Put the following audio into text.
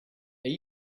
are